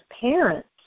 parents